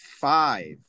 five